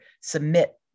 submit